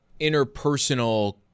interpersonal